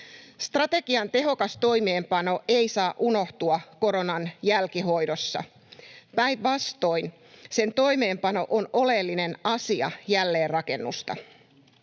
Strategian tehokas toimeenpano ei saa unohtua koronan jälkihoidossa, päinvastoin: sen toimeenpano on oleellinen asia jälleenrakennusta.